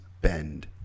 bend